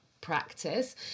practice